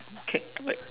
K like